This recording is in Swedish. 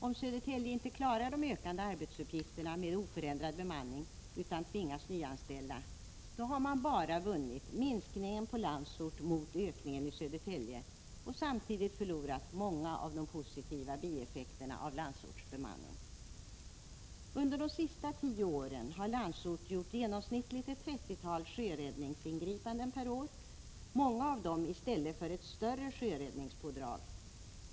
Om Södertälje inte klarar de ökande arbetsuppgifterna med oförändrad bemanning utan tvingas nyanställa har man bara vunnit minskningen på Landsort mot ökningen i Södertälje, men samtidigt förlorat många av de positiva bieffekterna av Landsorts bemanning. Under de sista tio åren har Landsort gjort genomsnittligt ett trettiotal sjöräddningsingripanden per år — många av dem i stället för ett större sjöräddningspådrag.